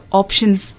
options